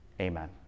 Amen